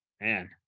Man